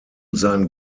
sein